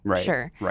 sure